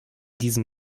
diesem